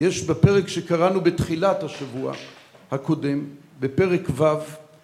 יש בפרק שקראנו בתחילת השבוע הקודם, בפרק ו'